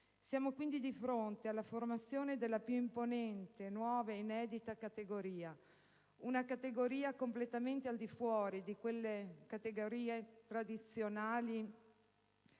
Siamo quindi di fronte alla formazione della più imponente, nuova e inedita categoria, completamente al di fuori dalle categorie tradizionali